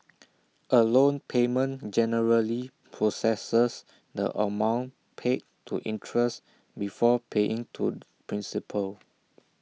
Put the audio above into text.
A loan payment generally processes the amount paid to interest before paying to principal